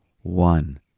one